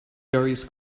darius